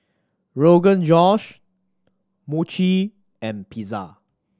Rogan Josh Mochi and Pizza